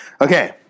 Okay